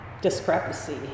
discrepancy